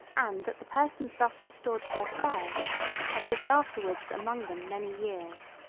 and that the persons thus restored to their prayers had lived afterwards among them many years.